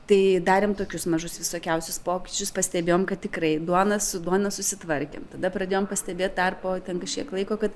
tai darėm tokius mažus visokiausius pokyčius pastebėjom kad tikrai duona su duona susitvarkėm tada pradėjom pastebėt dar po ten kažkiek laiko kad